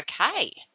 okay